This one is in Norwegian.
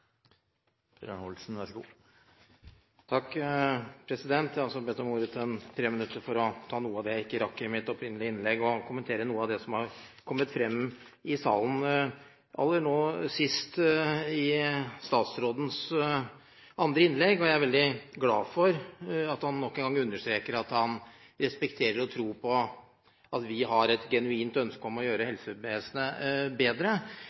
Jeg har altså bedt om ordet til et treminuttersinnlegg for å ta opp noe av det jeg ikke rakk å si i mitt opprinnelige innlegg, og for å kommentere noe av det som har kommet fram i salen. Først til statsrådens andre innlegg: Jeg er veldig glad for at han nok en gang understreker at han respekterer og tror på at vi har et genuint ønske om å gjøre helsevesenet bedre.